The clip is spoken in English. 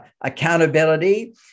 accountability